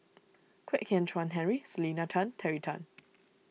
Kwek Hian Chuan Henry Selena Tan Terry Tan